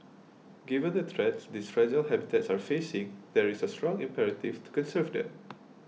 given the threats these fragile habitats are facing there is a strong imperative to conserve them